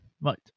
Right